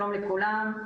שלום לכולם.